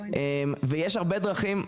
יש הרבה דרכים,